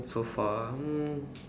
so far mm